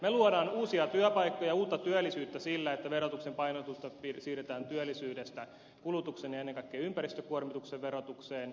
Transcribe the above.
me luomme uusia työpaikkoja uutta työllisyyttä sillä että verotuksen painotusta siirretään työllisyydestä kulutuksen ja ennen kaikkea ympäristökuormituksen verotukseen